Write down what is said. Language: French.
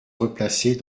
replacer